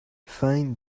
find